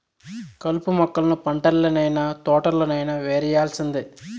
కలుపు మొక్కలను పంటల్లనైన, తోటల్లోనైన యేరేయాల్సిందే